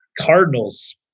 Cardinals